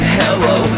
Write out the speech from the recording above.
hello